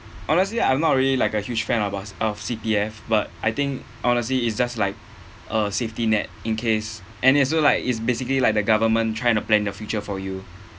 honestly I'm not really like a huge fan of of C_P_F but I think honestly it's just like a safety net in case and it so like is basically like the government trying to plan the future for you